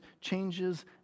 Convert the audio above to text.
changes